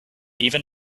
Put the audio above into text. even